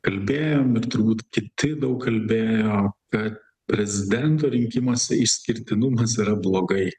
kalbėjom ir turbūt kiti daug kalbėjo kad prezidento rinkimuose išskirtinumas yra blogai